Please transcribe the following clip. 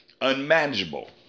unmanageable